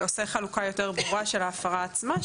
עושה חלוקה יותר ברורה של ההפרה עצמה.